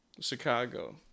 Chicago